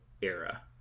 era